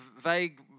vague